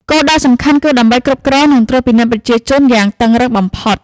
គោលដៅសំខាន់គឺដើម្បីគ្រប់គ្រង និងត្រួតពិនិត្យប្រជាជនយ៉ាងតឹងរ៉ឹងបំផុត។